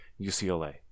UCLA